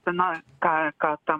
tenai ką ką ta